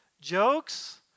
jokes